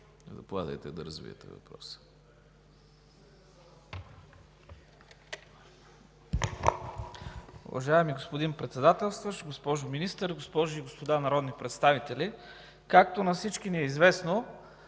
Заповядайте да развиете въпроса. АЙХАН ЕТЕМ (ДПС): Уважаеми господин Председателстващ, госпожо Министър, госпожи и господа народни представители! Както на всички ни е известно,